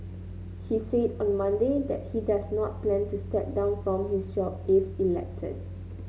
he said on Monday that he does not plan to step down from his job if elected